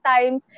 time